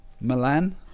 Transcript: Milan